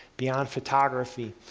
beyond photography,